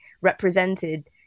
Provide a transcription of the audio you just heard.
represented